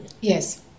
Yes